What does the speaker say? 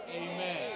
Amen